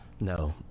No